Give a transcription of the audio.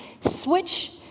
switch